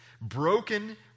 Broken